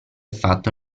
fatto